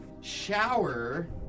shower